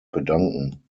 bedanken